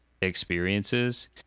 experiences